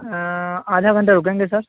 آدھا گھنٹہ رکیں گے سر